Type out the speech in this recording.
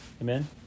Amen